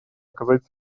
оказать